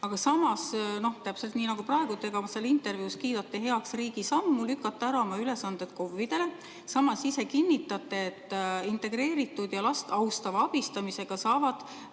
Aga samas, täpselt nii nagu praegu, te ka seal intervjuus kiidate heaks riigi sammu lükata ära oma ülesanded KOV‑idele. Samas ise kinnitate, et integreeritud ja last austava abistamisega saavad